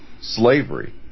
slavery